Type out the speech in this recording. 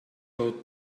ought